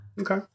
Okay